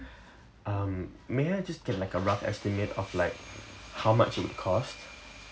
um may I just get like a rough estimate of like how much it cost